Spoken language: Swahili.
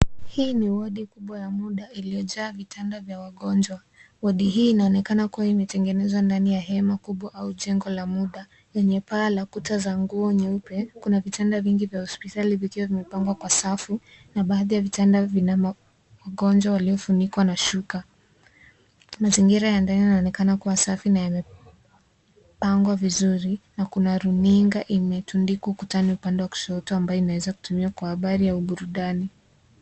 Hii ni wadi kubwa ya muda, iliyojaa vitanda vya wagonjwa. Wodi hii inaonekana kuwa imetengenezwa ndani ya hema kubwa au jengo la muda, lenye paa la kuta za nguo nyeupe. Kuna vitanda vingi vya hosipitali vikiwa vimepangwa kwa safi na baadhi ya vitanda, vina.,magonjwa waliofunikwa na shuka. Mazingira ya ndani , yanaonekana kuwa safi na yame..,pangwa vizuri na kuna runinga imetundikwa ukutani upande wa kushoto ambayo inaweza tumika kwa habari au burudani.